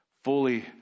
fully